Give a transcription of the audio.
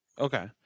Okay